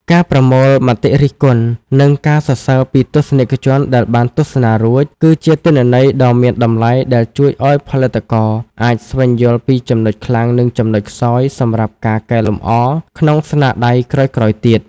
ការប្រមូលមតិរិះគន់ និងការសរសើរពីទស្សនិកជនដែលបានទស្សនារួច គឺជាទិន្នន័យដ៏មានតម្លៃដែលជួយឱ្យផលិតករអាចស្វែងយល់ពីចំណុចខ្លាំង និងចំណុចខ្សោយសម្រាប់ការកែលម្អក្នុងស្នាដៃក្រោយៗទៀត។